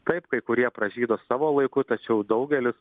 taip kai kurie pražydo savo laiku tačiau daugelis